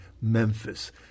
Memphis